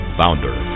founder